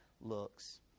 looks